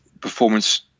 performance